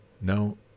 No